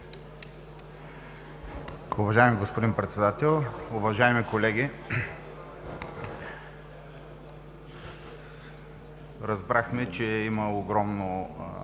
Уважаеми господин Председател, уважаеми колеги! Разбрахме, че има огромно